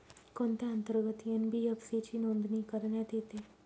कोणत्या अंतर्गत एन.बी.एफ.सी ची नोंदणी करण्यात येते?